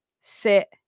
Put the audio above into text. sit